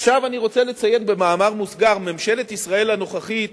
עכשיו אני רוצה לציין במאמר מוסגר: ממשלת ישראל הנוכחית